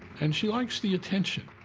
and she likes the attention.